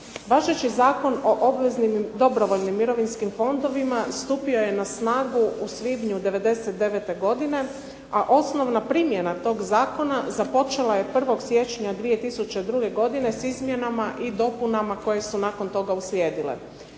Važeći Zakon o obveznim dobrovoljnim mirovinskim fondovima stupio je na snagu u svibnju '99. godine, a osnovna primjena tog zakona započela je 1. siječnja 2002. godine s izmjenama i dopunama koje su nakon toga uslijedile.